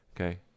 Okay